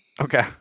okay